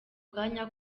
kanya